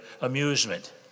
amusement